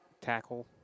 Tackle